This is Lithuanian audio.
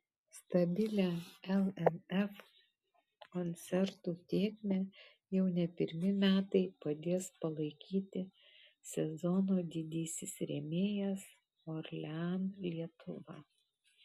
stabilią lnf koncertų tėkmę jau ne pirmi metai padės palaikyti sezono didysis rėmėjas orlen lietuva